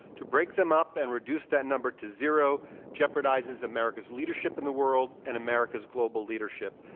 to break them up and reduce that number to zero jeopardizes america's leadership in the world and america's global leadership.